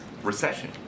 Recession